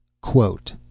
Quote